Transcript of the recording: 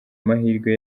mahirwe